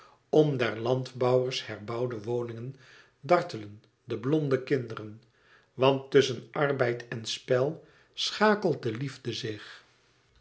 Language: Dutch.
om der landbouwers herbouwde woningen dartelen de blonde kinderen want tusschen arbeid en spel schakelt de liefde zich